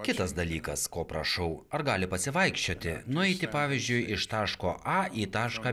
kitas dalykas ko prašau ar gali pasivaikščioti nueiti pavyzdžiui iš taško a į tašką